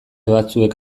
batzuek